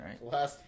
right